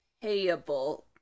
Payable